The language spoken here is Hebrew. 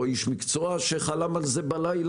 או איש מקצוע שחלם על זה בלילה?